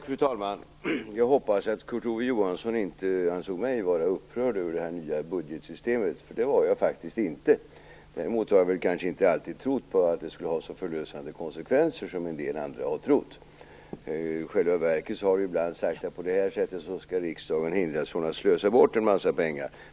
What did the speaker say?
Fru talman! Jag hoppas att Kurt Ove Johansson inte ansåg mig vara upprörd över det nya budgetsystemet, för det var jag faktiskt inte. Däremot har jag kanske inte alltid trott på att det skulle ha så förlösande konsekvenser som en del andra har trott. I själva verket har det ibland sagts att riksdagen på det här sättet skall hindras från att slösa bort en massa pengar.